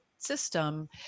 system